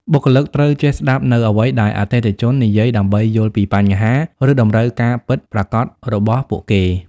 បុគ្គលិកត្រូវចេះស្ដាប់នូវអ្វីដែលអតិថិជននិយាយដើម្បីយល់ពីបញ្ហា ឬតម្រូវការពិតប្រាកដរបស់ពួកគេ។